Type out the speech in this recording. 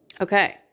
Okay